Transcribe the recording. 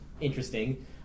interesting